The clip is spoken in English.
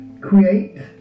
create